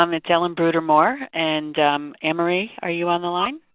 um it's ellen bruder-moore, and annemarie, are you on the line?